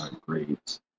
great